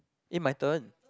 eh my turn